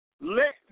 Let